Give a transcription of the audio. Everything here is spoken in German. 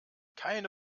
keine